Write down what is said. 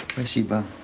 i see. by